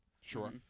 Sure